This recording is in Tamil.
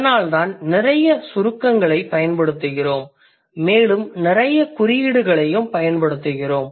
அதனால்தான் நிறைய சுருக்கங்களை பயன்படுத்துகிறோம் மேலும் நிறைய குறியீடுகளையும் பயன்படுத்துகிறோம்